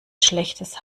schlechtes